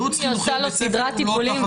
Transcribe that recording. והיא עושה את זה במסגרת טיפולית.